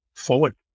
forward